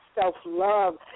self-love